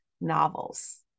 novels